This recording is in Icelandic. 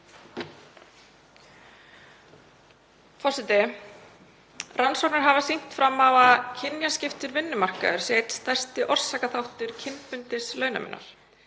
Forseti. Rannsóknir hafa sýnt fram á að kynjaskiptur vinnumarkaður sé einn stærsti orsakaþáttur kynbundins launamunar.